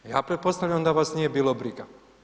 Ja pretpostavljam da vas nije bilo briga.